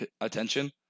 attention